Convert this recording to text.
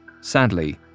Sadly